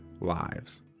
lives